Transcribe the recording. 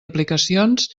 aplicacions